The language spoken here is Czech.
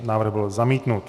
Návrh byl zamítnut.